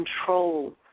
control